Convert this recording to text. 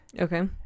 Okay